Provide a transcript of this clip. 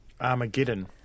Armageddon